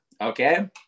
okay